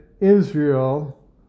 Israel